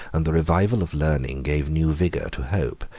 and the revival of learning gave new vigor to hope,